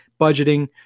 budgeting